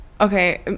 okay